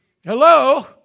Hello